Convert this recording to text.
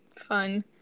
Fun